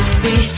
see